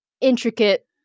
intricate